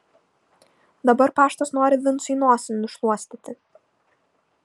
dabar paštas nori vincui nosį nušluostyti